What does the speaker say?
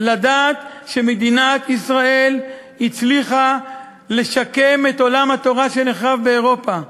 לדעת שמדינת ישראל הצליחה לשקם את עולם התורה שנחרב באירופה.